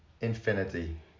infinity